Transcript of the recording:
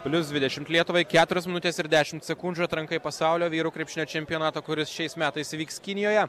plius dvidešimt lietuvai keturios minutės ir dešimt sekundžių atranka į pasaulio vyrų krepšinio čempionato kuris šiais metais vyks kinijoje